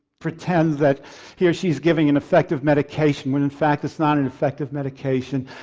pretend that he or she is giving an effective medication when in fact it's not an effective medication.